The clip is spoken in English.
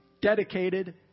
dedicated